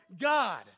God